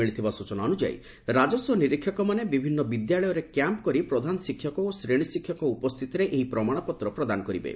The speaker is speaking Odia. ମିଳିଥିବା ସୂଚନା ଅନୁଯାୟୀ ରାକସ୍ୱ ନିରୀକ୍ଷକମାନେ ବିଭିନୁ ବିଦ୍ୟାଳୟରେ କ୍ୟାମ୍ମ କରି ପ୍ରଧାନ ଶିକ୍ଷକ ଓ ଶ୍ରେଶୀ ଶିକ୍ଷକଙ୍କ ଉପସ୍ତିତିରେ ଏହି ପ୍ରମାଣପତ୍ର ପ୍ରଦାନ କରିବେ